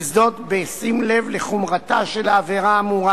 וזאת בשים לב לחומרתה של העבירה האמורה